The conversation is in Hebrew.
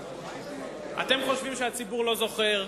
אתם חושבים שהציבור לא זוכר,